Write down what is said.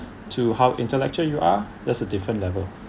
to how intellectual you are that's a different level